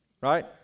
right